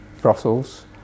Brussels